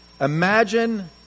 Imagine